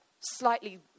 slightly